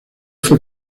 fue